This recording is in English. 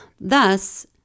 Thus